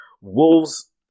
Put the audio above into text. Wolves